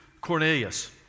Cornelius